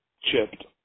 Chipped